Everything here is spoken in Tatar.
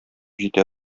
җитә